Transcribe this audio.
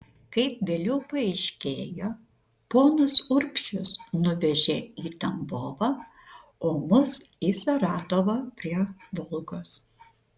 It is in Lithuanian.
kaip vėliau paaiškėjo ponus urbšius nuvežė į tambovą o mus į saratovą prie volgos